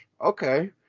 Okay